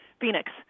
Phoenix